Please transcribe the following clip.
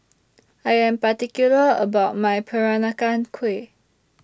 I Am particular about My Peranakan Kueh